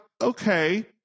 okay